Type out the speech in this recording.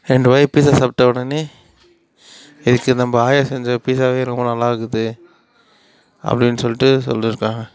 ரெண்டு வாய் பீசா சாப்பிட்ட உடனே இதுக்கு நம்ம ஆயா செஞ்ச பீசாவே ரொம்ப நல்லாயிருக்குது அப்படின்னு சொல்லிட்டு சொல்லியிருக்காங்க